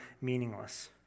meaningless